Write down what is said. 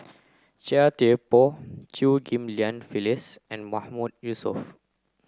Chia Thye Poh Chew Ghim Lian Phyllis and Mahmood Yusof